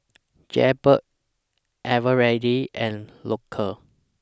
Jaybird Eveready and Loacker